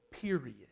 period